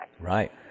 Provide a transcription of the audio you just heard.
Right